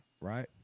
right